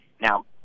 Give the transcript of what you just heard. now